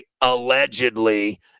allegedly